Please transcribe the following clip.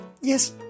yes